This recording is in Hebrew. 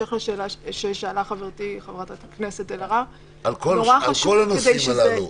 בהמשך לשאלה ששאלה חברתי חברת הכנסת אלהרר --- על כל הנושאים הללו.